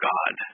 God